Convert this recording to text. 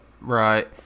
Right